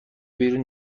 بیرون